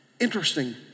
Interesting